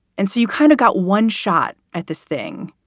and so you kind of got one shot at this thing.